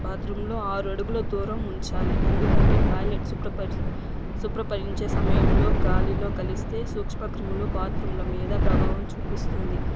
బాత్రూమ్లో ఆరడుగుల దూరం ఉంచాలి ఎందుకంటే టాయిలెట్ శుభ్రపరి శుభ్రపరించే సమయంలో గాలిలో కలిస్తే సూక్ష్మ క్రిములు బాత్రూమ్ల మీద ప్రభావం చూపిస్తుంది